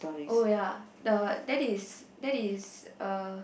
oh ya the that is that is uh